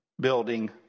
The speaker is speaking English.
building